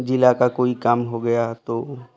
जिला का कोई काम हो गया तो